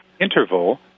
interval